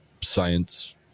science